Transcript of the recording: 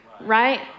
right